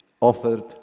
offered